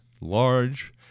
large